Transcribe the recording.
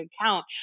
account